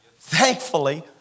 thankfully